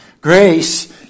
Grace